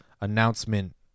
announcement